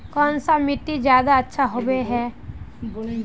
कौन सा मिट्टी ज्यादा अच्छा होबे है?